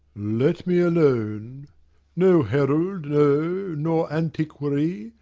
let me alone no herald, no, nor antiquary,